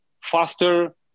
faster